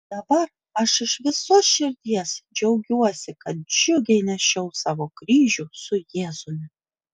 dabar aš iš visos širdies džiaugiuosi kad džiugiai nešiau savo kryžių su jėzumi